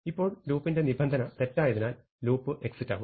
ഇപ്പോൾ ലൂപ്പിന്റെ നിബന്ധന തെറ്റായതിനാൽ ലൂപ്പ് എക്സിറ്റ് ആവുന്നു